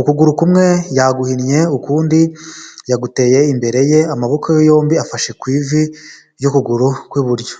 ukuguru kumwe yaguhinnye ukundi yaguteye imbere ye amaboko ye yombi afashe ku ivi ry'ukuguru kw'iburyo.